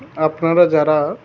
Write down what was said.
আপনারা যারা